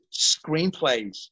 screenplays